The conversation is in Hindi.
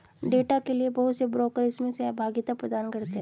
डेटा के लिये बहुत से ब्रोकर इसमें सहभागिता प्रदान करते हैं